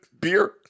beer